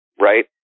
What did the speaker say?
right